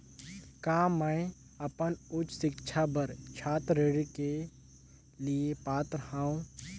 का मैं अपन उच्च शिक्षा बर छात्र ऋण के लिए पात्र हंव?